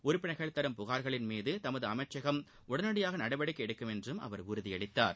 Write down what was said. உறுப்பினர்கள் தரும் புகார்களின் மீது தமது அமைச்சகம் உடனடியாக நடவடிக்கை எடுக்கும் என்றும் அவர் உறுதியளித்தார்